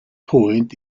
point